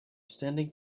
standing